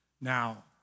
Now